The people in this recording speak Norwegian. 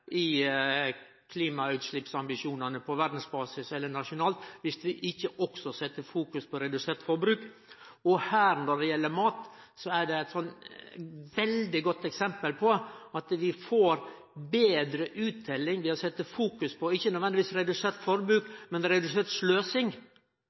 også fokuserer på redusert forbruk. Når det gjeld mat, er det eit veldig godt eksempel på at vi får betre utteljing ved å fokusere på ikkje nødvendigvis redusert